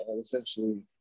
essentially